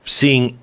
seeing